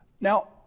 Now